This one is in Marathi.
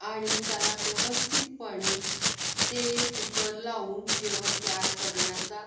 आणि त्याला व्यवस्थितपणे ते कुकर लावून जेवण तयार करण्याचा